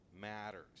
matters